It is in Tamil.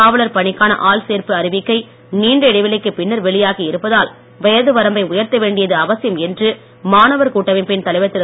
காவலர் பணிக்கான ஆள் சேர்ப்பு அறிவிக்கை நீண்ட இடைவெளிக்குப் பின்னர் வெளியாகி இருப்பதால் வயது வரம்பை உயர்த்த வேண்டியது அவசியம் என்று மாணவர் கூட்டமைப்பின் தலைவர் திரு